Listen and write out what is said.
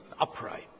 upright